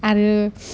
आरो